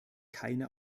keine